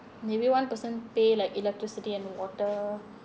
maybe one person pay like electricity and water